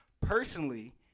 personally